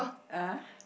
uh